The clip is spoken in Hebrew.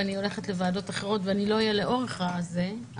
ואני הולכת לוועדות אחרות ולא אהיה לכל אורך הישיבה